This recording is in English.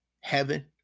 heaven